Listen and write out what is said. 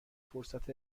فرصت